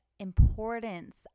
importance